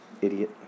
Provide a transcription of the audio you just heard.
Idiot